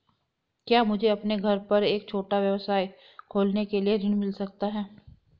क्या मुझे अपने घर पर एक छोटा व्यवसाय खोलने के लिए ऋण मिल सकता है?